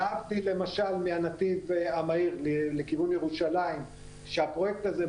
להבדיל למשל מהנתיב המהיר לכיוון ירושלים שהפרויקט הזה,